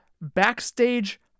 backstage